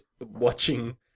watching